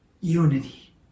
unity